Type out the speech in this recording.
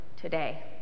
today